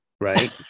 right